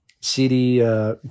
CD